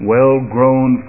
Well-grown